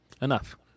enough